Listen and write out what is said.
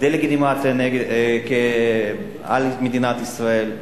דה-לגיטימציה על מדינת ישראל.